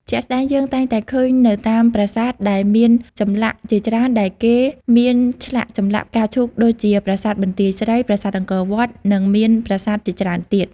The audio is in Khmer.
ជាក់ស្តែងយើងតែងតែឃើញនៅតាមប្រាសាទដែលមានចម្លាក់ជាច្រើនដែលគេមានឆ្លាក់ចម្លាក់ផ្កាឈូកដូចជា ប្រាសាទបន្ទាយស្រី ប្រាសាទអង្គរវត្ត និងមានប្រាសាទជាច្រើនទៀត។